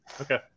okay